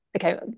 okay